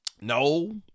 No